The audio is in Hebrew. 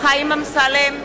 חיים אמסלם,